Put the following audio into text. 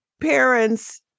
parents